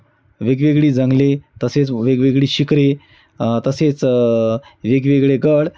वेगवेगळी जंगले तसेच वेगवेगळी शिखरे तसेच वेगवेगळे गड